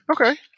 Okay